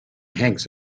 hanks